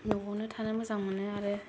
न'आवनो थानो मोजां मोनो आरो